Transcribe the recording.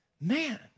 man